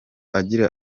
agira